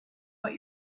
what